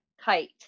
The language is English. kite